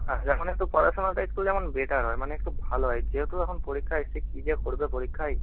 হ্যাঁ যেমন একটু পড়াশোনাটা একটু যেমন বেটার হয় মানে একটু ভালো হয় যেহেতু এখন পরীক্ষা এসেছে কী যে করবে পরীক্ষায়